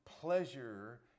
pleasure